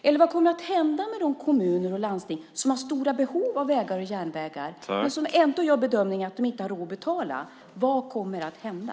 Eller vad kommer att hända med de kommuner och landsting som har stora behov av vägar och järnvägar och som ändå gör bedömningen att de inte har råd att betala? Vad kommer att hända?